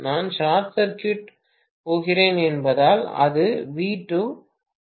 நான் short circuit போகிறேன் என்பதால் அது வி 2 0